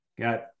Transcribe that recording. Got